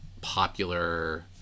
popular